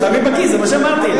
שמים בכיס, זה מה שאמרתי.